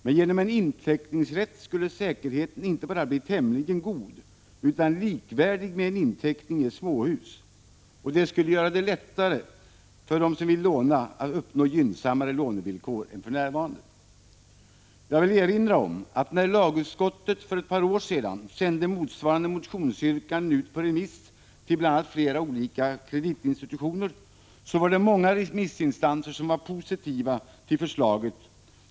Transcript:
Men genom en inteckningsrätt skulle säkerheten inte bara vara tämligen god utan bli likvärdig med en inteckning i småhus, och det skulle göra det lättare för dem som vill låna att uppnå gynnsammare lånevillkor än för närvarande. Jag vill erinra om att när lagutskottet för ett par år sedan sände motsvarande motionsyrkanden på remiss till bl.a. flera kreditinstitutioner, var många remissinstanser positiva till förslaget.